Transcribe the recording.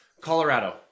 Colorado